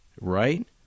Right